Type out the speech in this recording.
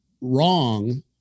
wrong